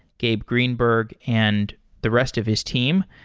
gabe greenberg and the rest of his team.